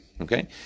Okay